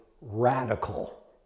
radical